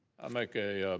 i make a